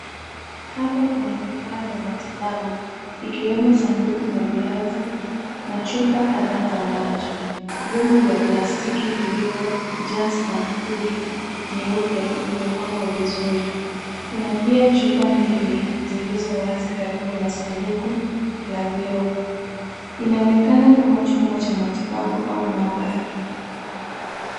Hapa kuna vifaa vya matibabu ikiwemo sanduku na glavu na chupa kadhaa za maji. Vyombo vya plastiki vilivyo jaa sampuli nyeupe vimepangwa vizuri. Kuna pia chupa mbili zilizo wazi karibu na sanduku la glovu. Inaonekana kama chumba cha matibabu au maabara.